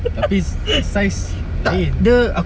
tapi saiz lain